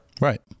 right